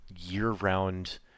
year-round